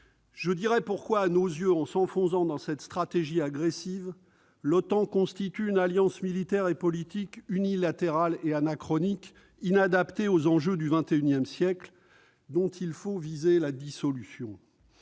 Je dirai pourquoi, en s'enfonçant dans cette stratégie agressive, l'OTAN constitue, à nos yeux, une alliance militaire et politique unilatérale et anachronique, inadaptée aux enjeux du XXI siècle et dont il faut viser la dissolution.